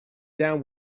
down